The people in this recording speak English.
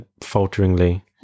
falteringly